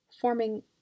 forming